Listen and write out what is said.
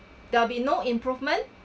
there will be no improvement